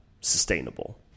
sustainable